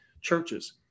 churches